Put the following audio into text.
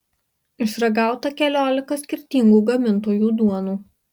išragauta keliolika skirtingų gamintojų duonų